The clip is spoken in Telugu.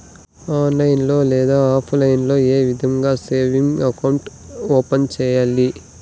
ఆన్లైన్ లో లేదా ఆప్లైన్ లో ఏ విధంగా సేవింగ్ అకౌంట్ ఓపెన్ సేయాలి